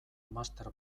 master